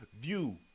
view